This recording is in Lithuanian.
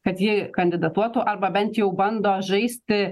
kad ji kandidatuotų arba bent jau bando žaisti